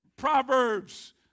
Proverbs